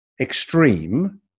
extreme